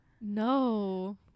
no